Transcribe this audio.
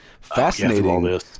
fascinating